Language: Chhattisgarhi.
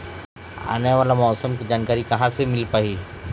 आने वाला मौसम के जानकारी कहां से मिल पाही?